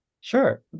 sure